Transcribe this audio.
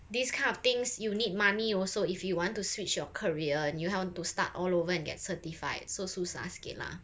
these kind of things you need money also if you want to switch your career and how you want to start all over and get certified so susah sikit lah